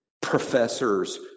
professors